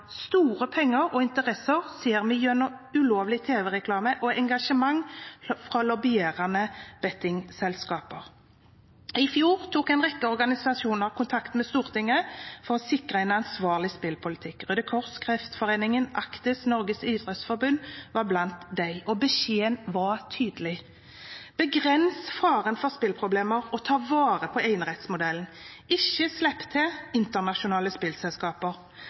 Store penger og interesser ser vi gjennom ulovlig tv-reklame og engasjement fra lobbyerende bettingselskaper. I fjor tok en rekke organisasjoner kontakt med Stortinget for å sikre en ansvarlig spillepolitikk. Røde Kors, Kreftforeningen, Actis og Norges idrettsforbund var blant dem. Beskjeden var tydelig: Begrens faren for spilleproblemer og ta vare på enerettsmodellen, ikke slipp til internasjonale spillselskaper!